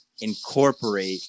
incorporate